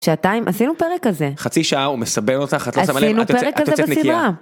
שעתיים, עשינו פרק כזה. חצי שעה, הוא מסבן אותך, את יוצאת נקייה (עשינו פרק כזה בסדרה!)